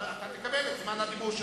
אתה תקבל את זמן הדיבור שלך.